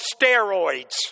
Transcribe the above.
steroids